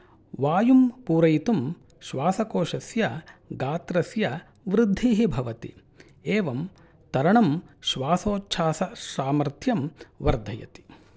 वायुं पूरयितुं श्वासकोषस्य गात्रस्य वृद्धिः भवति एवं तरणम् श्वासोच्छ्वाससामर्थ्यं वर्धयति